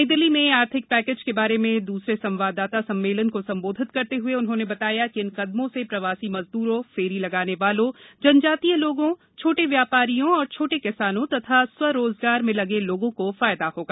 नई दिल्ली में आर्थिक पैकेज के बारे में दूसरे संवाददाता सम्मेलन को संबोधित करते हए उन्होंने बताया कि इन कदमों से प्रवासी मजदूरों फेरी लगाने वालों जनजातीय लोगों छोटे व्यापारियों और छोटे किसानों तथा स्व रोजगार में लगे लोगों को फायदा होगा